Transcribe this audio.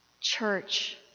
church